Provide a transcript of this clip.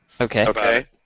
Okay